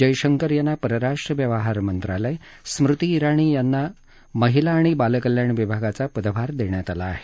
जयशंकर यांना परराष्ट्र व्यवहार मंत्रालय स्मृती जिणी यांना महिला आणि बालकल्याण विभागाचा पदभार देण्यात आला आहे